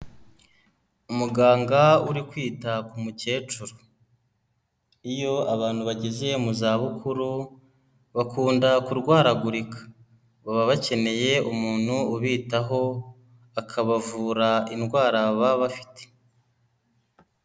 Umuganga uri kwita ku mukecuru. Iyo abantu bageze mu zabukuru bakunda kurwaragurika. Baba bakeneye umuntu ubitaho akabavura indwara baba bafite.